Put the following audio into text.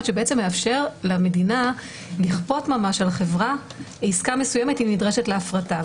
שבעצם מאפשר למדינה לכפות ממש על חברה עסקה מסוימת אם נדרשת להפרטה.